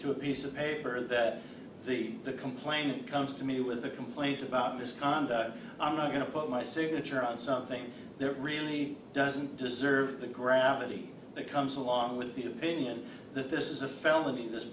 to a piece of paper that the the complainant comes to me with a complaint about misconduct i'm not going to put my signature on something that really doesn't deserve the gravity that comes along with the opinion that this is a felony this